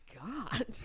God